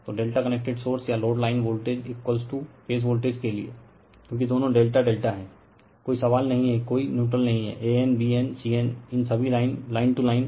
तो ∆ connected source या load line voltage phase voltage के लिए क्योकि दोनों ∆∆ हैं कोई सवाल नही हैं कोई न्यूट्रल नही an bn cn इन सभी लाइन टू लाइन